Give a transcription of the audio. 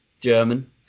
German